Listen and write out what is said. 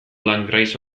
langraiz